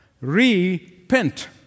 Repent